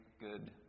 good